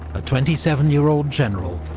a twenty seven year old general,